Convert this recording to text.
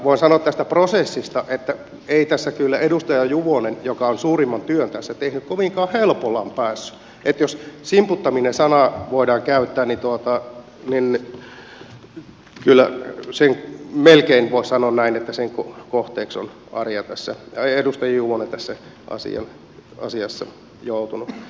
voin sanoa tästä prosessista että ei tässä kyllä edustaja juvonen joka on suurimman työn tässä tehnyt kovinkaan helpolla ole päässyt että jos simputtaminen sanaa voidaan käyttää niin kyllä melkein voi sanoa näin että sen kohteeksi on edustaja juvonen tässä asiassa joutunut